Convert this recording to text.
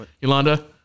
Yolanda